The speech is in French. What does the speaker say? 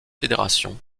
fédérations